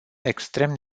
extrem